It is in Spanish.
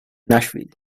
nashville